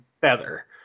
feather